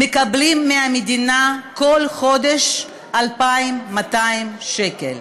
מקבלים מהמדינה כל חודש 2,200 שקל,